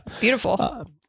beautiful